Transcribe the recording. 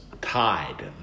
tied